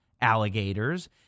alligators